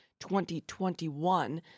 2021